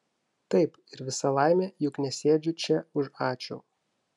taip ir visa laimė juk nesėdžiu čia už ačiū